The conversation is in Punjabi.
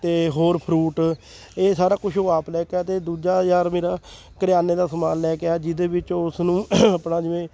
ਅਤੇ ਹੋਰ ਫਰੂਟ ਇਹ ਸਾਰਾ ਕੁਛ ਉਹ ਆਪ ਲੈ ਕੇ ਆਇਆ ਅਤੇ ਦੂਜਾ ਯਾਰ ਮੇਰਾ ਕਰਿਆਨੇ ਦਾ ਸਮਾਨ ਲੈ ਕੇ ਆਇਆ ਜਿਹਦੇ ਵਿੱਚ ਉਸਨੂੰ ਆਪਣਾ ਜਿਵੇਂ